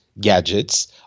gadgets